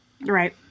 Right